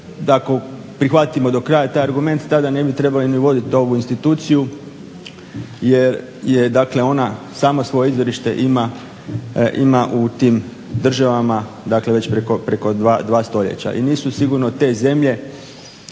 ako prihvatimo do kraja taj argument tada ne bi trebali ni voditi ovu instituciju jer je ona dakle sama svoje izvorište ima u tim državama, dakle već preko 2. stoljeća. I nisu sigurno te zemlje